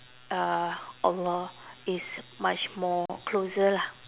uh Allah is much more closer lah